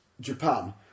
Japan